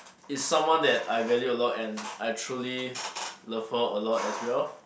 it's someone that I value a lot and I truly love her a lot as well